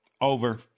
Over